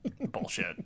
Bullshit